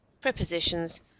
prepositions